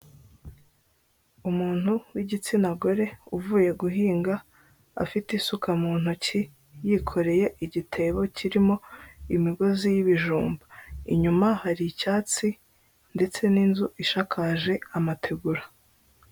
Umuntu w'igitsina gore uvuye guhinga afite isuka mu ntoki yikoreye igitebo kirimo imigozi y'ibijumba inyuma hari icyatsi ndetse n'inzu ishakakaje amategura.